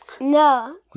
No